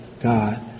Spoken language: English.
God